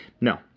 No